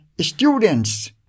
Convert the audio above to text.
students